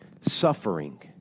suffering